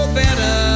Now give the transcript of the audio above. better